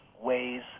ways